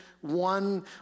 One